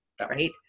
right